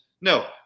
No